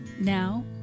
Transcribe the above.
now